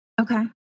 Okay